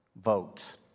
vote